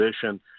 position